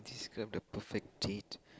describe the perfect date